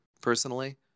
personally